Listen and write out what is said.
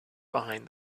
behind